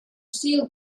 steel